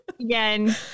Again